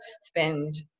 spend